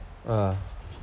ah